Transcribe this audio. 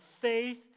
faith